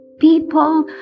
people